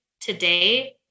today